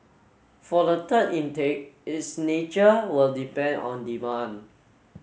for the third intake its nature will depend on demand